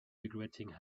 regretting